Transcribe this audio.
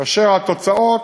כאשר התוצאות,